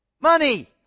Money